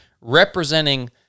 representing